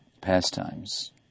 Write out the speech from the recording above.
pastimes